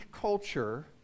culture